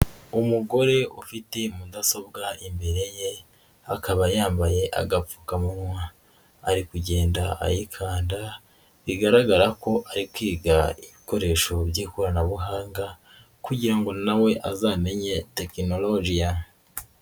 Umugore ufite mudasobwa imbere ye, akaba yambaye agapfukamunwa ari kugenda ayikanda bigaragara ko ari kwiga ibikoresho by'ikoranabuhanga kugira ngo na we azamenye tekinolojiya.